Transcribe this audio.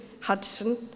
Hudson